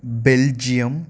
Belgium